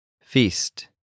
Feast